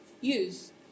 use